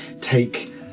Take